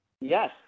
Yes